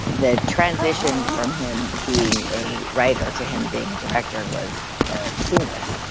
the transition from him being a writer to him being a director was seamless.